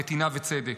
נתינה וצדק.